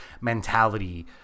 Mentality